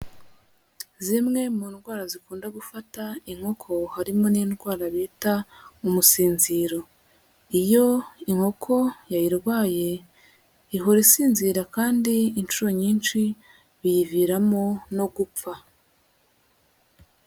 Zimwe mu ndwara zikunda gufata inkoko harimo n'indwara bita umusinziro. Iyo inkoko yayirwaye ihora isinzira kandi inshuro nyinshi biyiviramo no gupfa.